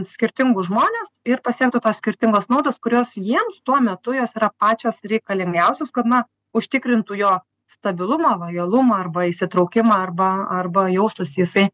skirtingus žmones ir pasiektų tos skirtingos naudos kurios jiems tuo metu jos yra pačios reikalingiausios kad na užtikrintų jo stabilumą lojalumą arba įsitraukimą arba arba jaustųsi visai